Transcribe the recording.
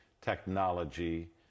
technology